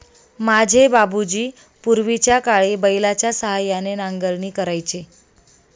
माझे बाबूजी पूर्वीच्याकाळी बैलाच्या सहाय्याने नांगरणी करायचे